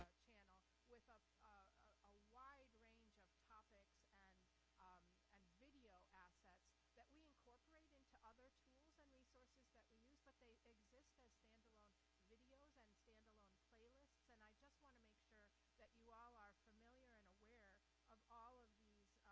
channel with a ah wide range of topics and um and video assets that we incorporate into other tools and resources that we use, but they exist as standalone videos and standalone playlists. and i just wanna make sure that you all are familiar and aware of all of these